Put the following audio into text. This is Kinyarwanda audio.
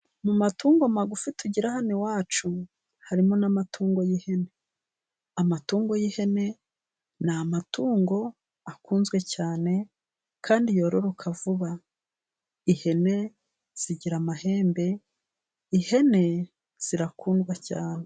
Mu matungo magufi tugira hano iwacu harimo n'amatungo y'ihene. Amatungo y'ihene ni amatungo akunzwe cyane kandi yororoka vuba. ihene zigira amahembe kandi zirakundwa cyane.